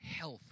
health